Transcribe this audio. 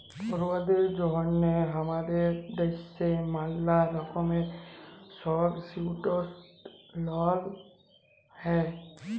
পড়ুয়াদের জন্যহে হামাদের দ্যাশে ম্যালা রকমের সাবসিডাইসদ লন হ্যয়